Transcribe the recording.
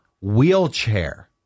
wheelchair